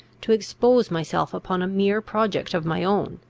to expose myself upon a mere project of my own,